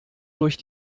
durch